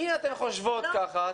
אם אתן חושבות ככה,